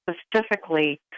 specifically